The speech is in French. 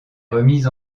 remis